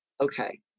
okay